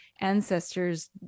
ancestor's